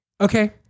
Okay